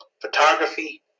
photography